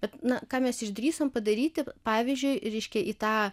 bet na ką mes išdrįsome padaryti pavyzdžiui reiškia į tą